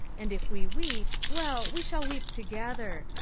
and if we weep, well, we shall weep together.